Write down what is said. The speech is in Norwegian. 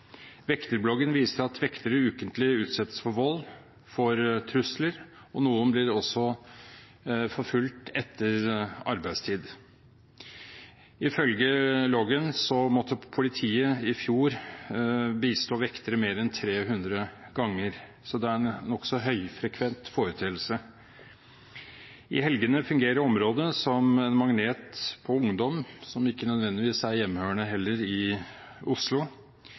viser at vektere ukentlig utsettes for vold og trusler, og noen blir også forfulgt etter arbeidstid. Ifølge loggen måtte politiet i fjor bistå vektere mer enn 300 ganger, så det er en nokså høyfrekvent foreteelse. I helgene fungerer området som en magnet på ungdom som ikke nødvendigvis heller er hjemmehørende i Oslo,